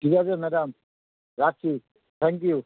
ঠিক আছে ম্যাডাম রাখছি থ্যাংক ইউ